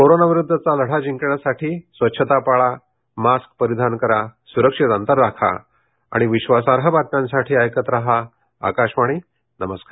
कोरोनाविरुद्धचा लढा जिंकण्यासाठी स्वच्छता पाळा मास्क परिधान करा सुरक्षित अंतर राखा आणि विश्वासार्ह बातम्यांसाठी ऐकत राहा आकाशवाणी नमस्कार